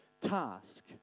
task